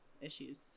issues